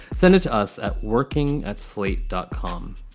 send it to us at working at slate dot com.